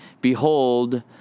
Behold